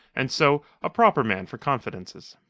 and, so, a proper man for confidences.